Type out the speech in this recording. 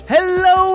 Hello